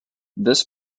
this